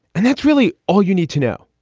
and that's really all you need to know,